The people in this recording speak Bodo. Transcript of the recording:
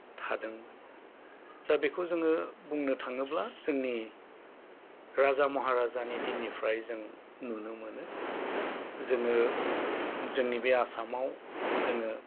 थादों दा बेखौ जोङो बुंनो थाङोब्ला जोंनि राजा महाराजानि दिननिफ्राय जों नुनो मोनो जोङो जोंनि बे आसामाव जोङो